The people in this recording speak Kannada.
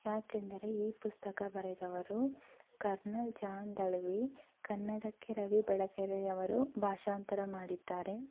ಯಾಕೆಂದರೆ ಈ ಪುಸ್ತಕ ಬರೆದವರು ಕರ್ನಲ್ ಜಾನ್ ದಳ್ವಿ ಕನ್ನಡಕ್ಕೆ ರವಿ ಬೆಳಗೆರೆಯವರು ಭಾಷಾಂತರ ಮಾಡಿದ್ದಾರೆ